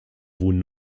wurden